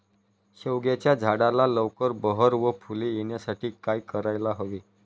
शेवग्याच्या झाडाला लवकर बहर व फूले येण्यासाठी काय करायला हवे?